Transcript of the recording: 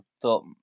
thought